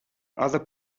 other